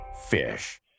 Fish